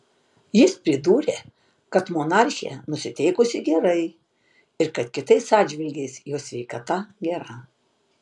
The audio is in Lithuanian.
jis pridūrė kad monarchė nusiteikusi gerai ir kad kitais atžvilgiais jos sveikata gera